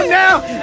now